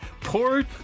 Port